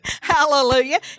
hallelujah